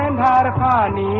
and da da da i mean